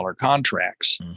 contracts